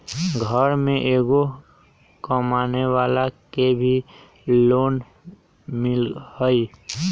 घर में एगो कमानेवाला के भी लोन मिलहई?